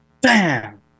bam